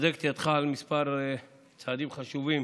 על כמה צעדים חשובים